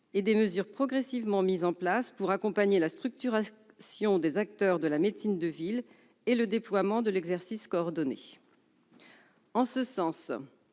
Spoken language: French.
et des mesures progressivement mises en place pour accompagner la structuration des acteurs de la médecine de ville et le déploiement de l'exercice coordonné. En ce sens,